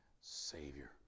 Savior